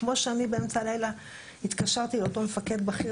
כמו שאני באמצע הלילה התקשרתי לאותו מפקד בכיר